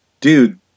dude